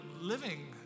living